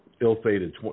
ill-fated